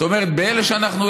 זאת אומרת באלה שאנחנו,